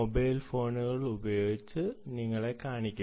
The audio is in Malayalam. മൊബൈൽ ഫോണുകൾ ഉപയോഗിച്ച് നിങ്ങളെ കാണിക്കും